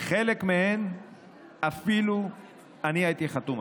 ועל חלק מהן אפילו אני הייתי חתום,